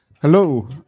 Hello